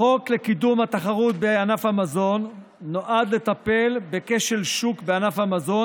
החוק לקידום התחרות בענף המזון נועד לטפל בכשל שוק בענף המזון,